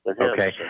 Okay